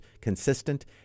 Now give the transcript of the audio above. consistent